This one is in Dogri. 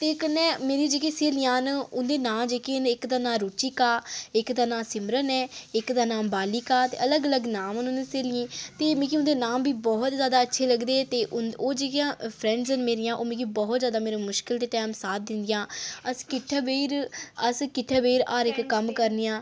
ते कन्नै मेरियां जेह्कियां स्हेलियां न उं'दे नांऽ जेह्के न इक दा नांऽ रुचिका इक दा नांऽ सिमरन ऐ इक दा नांऽ बालिका ते अलग अलग नाम न उ'नें स्हेलियें दे ते मिकी उं'दे नांऽ बी बहुत जैदा अच्छे लगदे ते ओह् जेह्कियां फ्रैंडां न मेरियां ओह् मिगी बहुत जैदा मेरे मुश्कल दे टैम मेरा साथ दिंदियां ते अस किट्ठे बेहियै अस किट्ठे बेहियै हर इक कम्म करनियां